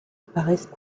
paraissent